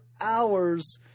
hours